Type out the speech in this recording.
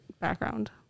background